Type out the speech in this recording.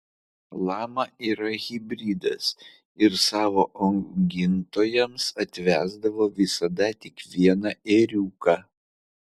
lama yra hibridas ir savo augintojams atvesdavo visada tik vieną ėriuką